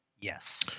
Yes